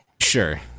Sure